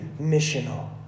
missional